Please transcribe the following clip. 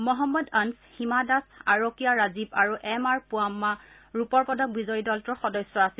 মহম্মদ অনছ হিমা দাস আৰকীয়া ৰাজীৱ আৰু M R Poovamma ৰূপৰ পদক বিজয়ী দলটোৰ সদস্য আছিল